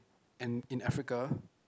and in Africa